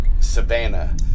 Savannah